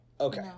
okay